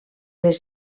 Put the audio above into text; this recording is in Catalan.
les